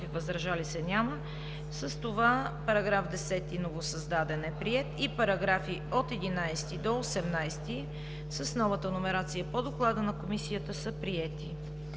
и въздържали се няма. Параграф 10, новосъздаден, и параграфи от 11 до 18 с новата номерация по Доклада на Комисията са приети.